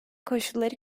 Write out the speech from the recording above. koşulları